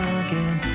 again